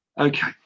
okay